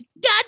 God